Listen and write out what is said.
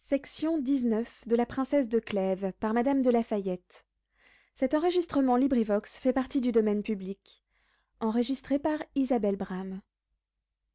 fr la princesse de clèves marie madeleine pioche de la